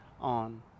on